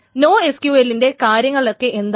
No SQLന്റെ കാര്യങ്ങളെന്തൊക്കെയാണ്